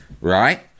right